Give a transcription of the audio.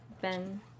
Ben